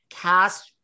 cast